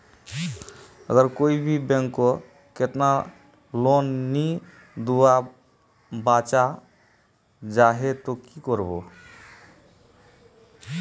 अगर कोई भी बैंक कतेक लोन नी दूध बा चाँ जाहा ते ती की करबो?